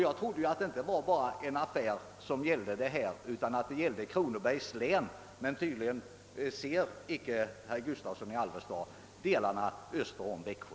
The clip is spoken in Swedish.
Jag trodde att det gällde hela Kronobergs läns, men herr Gustavsson i Alvesta ser tydligen inte delarna öster om Växjö.